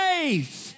faith